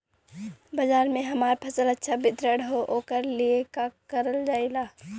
बाजार में हमार फसल अच्छा वितरण हो ओकर लिए का कइलजाला?